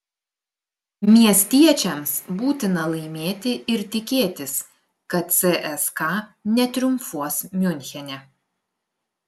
miestiečiams būtina laimėti ir tikėtis kad cska netriumfuos miunchene